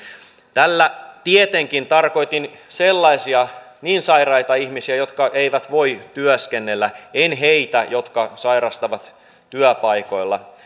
tällä tietenkin tarkoitin sellaisia niin sairaita ihmisiä jotka eivät voi työskennellä en heitä jotka sairastavat työpaikoilla